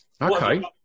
Okay